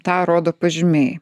tą rodo pažymiai